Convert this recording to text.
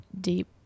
deep